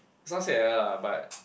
is not say like that lah but